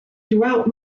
throughout